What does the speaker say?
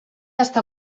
està